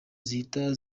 zihita